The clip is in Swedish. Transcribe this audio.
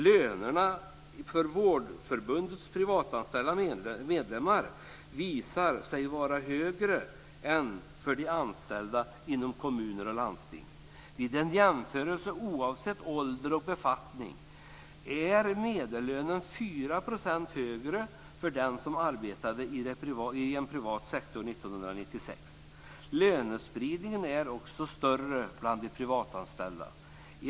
Lönerna för Vårdförbundets privatanställda medlemmar visar sig vara högre än för de anställda inom kommuner och landsting. Vid en jämförelse oavsett ålder och befattning var medellönen 4 % högre för dem som arbetade i den privata sektorn 1996. Lönespridningen är också större bland de privatanställda.